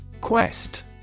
Quest